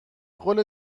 قول